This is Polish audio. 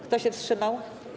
Kto się wstrzymał?